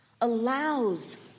allows